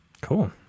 Cool